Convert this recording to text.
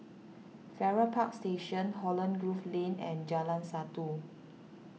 Farrer Park Station Holland Grove Lane and Jalan Satu